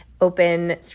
open